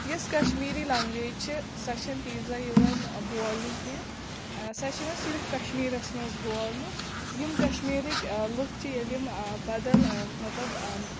یۄس کَشمیٖری لَنٛگویج چھِ سۄ چھَنہٕ تیٖژاہ یِوان بولنہٕ کیٚنٛہہ سۄ چھِ یِوان صِرف کَشمیٖرَس منٛز بولنہٕ یِم کَشمیٖرٕکۍ لوٗکھ چھِ ییٚلہِ یِم آ بدل مطلب